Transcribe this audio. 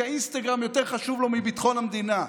כי האינסטגרם יותר חשוב לו מביטחון המדינה.